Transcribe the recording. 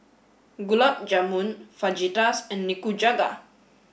Gulab Jamun Fajitas and Nikujaga